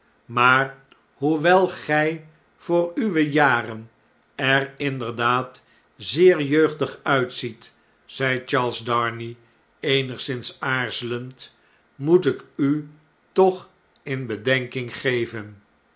maar hoewel gij voor uwe jaren er inderdaad zeer jeugdig uitziet zei charles darnay eenigszins aarzelend moet ik u toch in bedenking geven